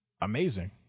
amazing